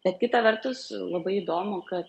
bet kita vertus labai įdomu kad